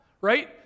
Right